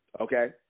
Okay